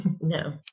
No